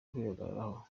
kwihagararaho